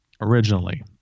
originally